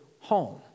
home